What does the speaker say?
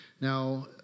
Now